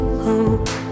hope